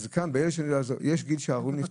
אז יש גיל שההורים נפטרים,